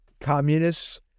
communists